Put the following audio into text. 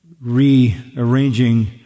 rearranging